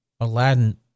Aladdin